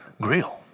grill